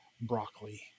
broccoli